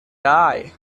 die